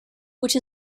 which